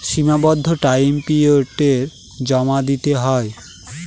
সীমাবদ্ধ টাইম পিরিয়ডে জমা দিতে হয়